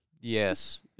Yes